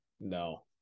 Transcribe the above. No